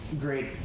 great